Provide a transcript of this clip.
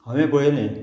हांवें पळयलें